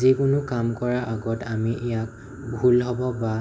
যিকোনো কাম কৰা আগত আমি ইয়াক ভুল হ'ব বা